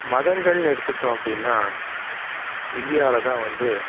மதங்கள்னு எடுத்துகிட்டோம் அப்படின்னா இந்தியாவில் தான் வந்து